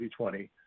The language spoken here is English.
2020